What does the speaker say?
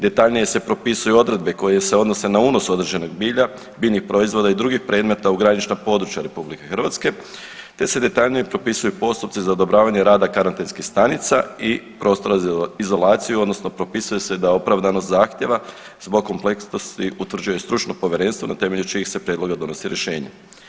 Detaljnije se propisuju odredbe koje se odnose na unos određenog bilja, biljnih proizvoda i drugih predmeta u granična područja RH te se detaljnije propisuju postupci za odobravanje rada karantenskih stanica i prostora za izolaciju odnosno propisuje se da opravdanost zahtjeva zbog kompleksnosti utvrđuje stručno povjerenstvo na temelju čijih se prijedloga donosi rješenje.